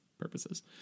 purposes